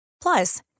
Plus